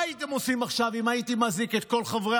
מה הייתם עושים עכשיו אם הייתי מזעיק את כל חברי